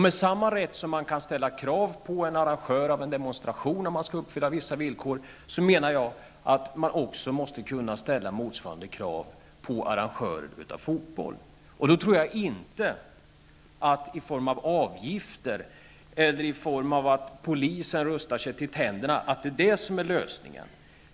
Med samma rätt som man kan ställa krav på att en arrangör av en demonstration skall uppfylla vissa villkor, menar jag att man måste kunna ställa motsvarande krav på arrangörer av fotboll. Jag menar då inte att avgifter eller att polisen rustar sig till tänderna skulle vara lösningen.